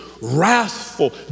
wrathful